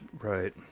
Right